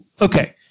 okay